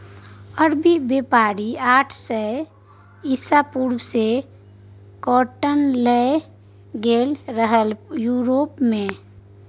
अरबी बेपारी आठ सय इसा पूर्व मे काँटन लए गेलै रहय युरोप मे